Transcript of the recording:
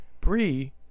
Brie